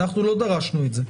אנחנו לא דרשנו את זה,